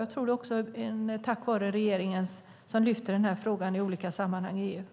Jag tror att det är tack vare regeringen, som lyfter fram den här frågan i olika sammanhang i EU.